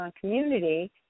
community